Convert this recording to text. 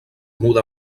muda